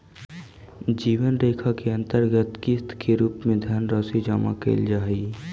जीवन बीमा के अंतर्गत किस्त के रूप में धनराशि जमा कैल जा हई